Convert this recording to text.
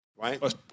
Right